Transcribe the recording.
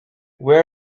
where